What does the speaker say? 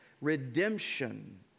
redemption